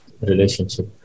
relationship